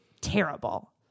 terrible